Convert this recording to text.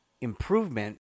improvement